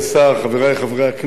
חברי חברי הכנסת,